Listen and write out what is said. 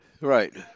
Right